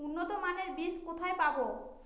উন্নতমানের বীজ কোথায় পাব?